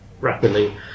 rapidly